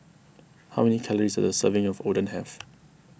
how many calories does a serving of Oden have